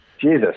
Jesus